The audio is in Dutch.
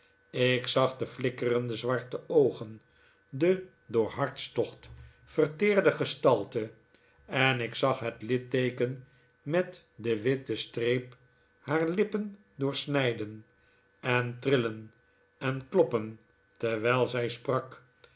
ik zag de flikkerende zwarte oogen de door hartstocht verteerde gestalte en ik zag het litteeken met de witte streep haar lippen doorsnijden en trillen en kloppen terwijl zij sprak